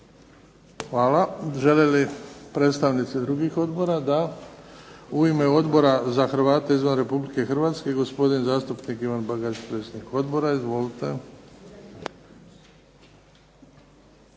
Hvala. Žele li predstavnici drugih odbora? Da. U ime Odbora za Hrvate izvan RH gospodin zastupnik Ivan Bagarić, predsjednik odbora. Izvolite.